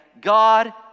God